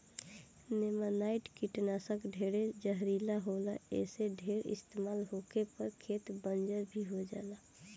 नेमानाइट कीटनाशक ढेरे जहरीला होला ऐसे ढेर इस्तमाल होखे पर खेत बंजर भी हो जाला